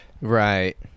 Right